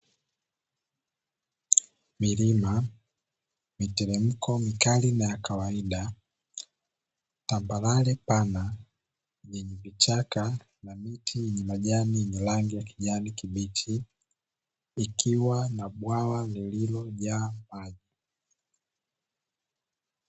Milima, miteremko mikali na ya kawaida, tambarare pana yenye vichaka na miti yenye majani yenye rangi ya kijani kibichi ikiwa na bwawa lililojaa maji.